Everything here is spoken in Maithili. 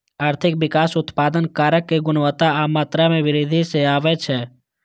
आर्थिक विकास उत्पादन कारक के गुणवत्ता आ मात्रा मे वृद्धि सं आबै छै